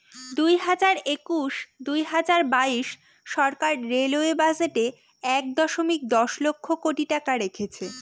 দুই হাজার একুশ দুই হাজার বাইশ সরকার রেলওয়ে বাজেটে এক দশমিক দশ লক্ষ কোটি টাকা রেখেছে